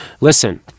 listen